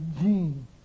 gene